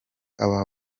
aba